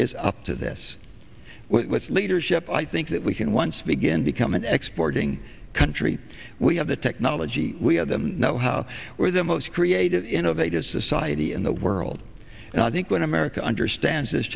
is up to this leadership i think that we can once again become an export ing country we have the technology we have them know how we're the most creative innovative society in the world and i think when america understands